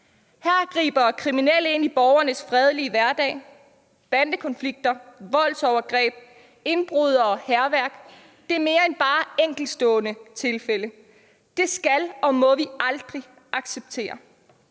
Her griber kriminelle ind i borgernes fredelige hverdag, bandekonflikter, voldsovergreb, indbrud og hærværk. Det er mere end bare enkeltstående tilfælde. Det skal og må vi aldrig acceptere.